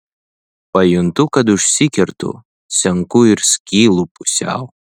pajuntu kad užsikertu senku ir skylu pusiau